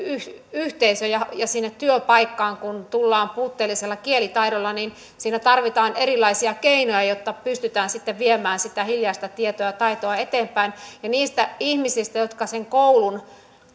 yhteisöön ja sinne työpaikkaan tullaan puutteellisella kielitaidolla siinä tarvitaan erilaisia keinoja jotta pystytään viemään sitä hiljaista tietoa ja taitoa eteenpäin niistä ihmistä jotka sen